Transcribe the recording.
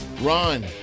Ron